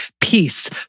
Peace